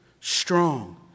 strong